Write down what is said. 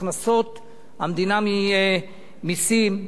הכנסות המדינה ממסים,